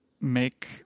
make